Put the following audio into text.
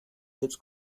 jetzt